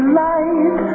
light